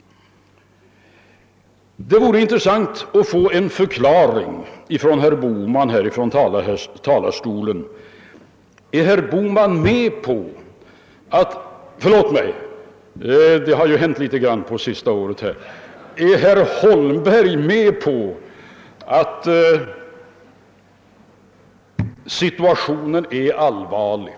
Det vore intressant att få en förklaring från herr Bohman här ifrån talarstolen. Är herr Bohman med på — förlåt mig, det har hänt litet grand på de senaste åren här — är herr Holmberg med på att situationen är allvarlig?